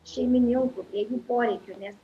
šeimininkų prie jų poreikių nes